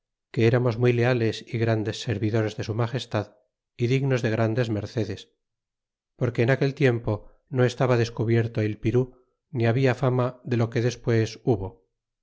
que eramos muy leales y grandes servidores de su magestad y dignos de grandes mercedes porque en aquel tiempo no estaba descubierto el pirú ni habia la fama de lo que despues hubo